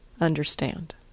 understand